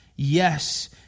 Yes